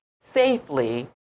safely